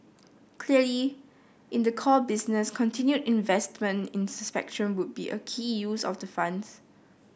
clearly in the core business continued investment in spectrum would be a key use of the funds